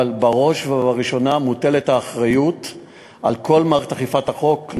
אבל בראש ובראשונה האחריות מוטלת על כל מערכת אכיפת החוק,